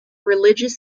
religious